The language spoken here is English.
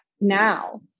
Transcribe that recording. Now